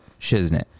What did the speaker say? Shiznit